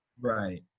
Right